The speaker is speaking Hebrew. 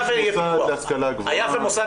יש מוסד להשכלה גבוהה --- היה ומוסד